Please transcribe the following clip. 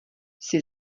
jsi